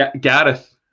Gareth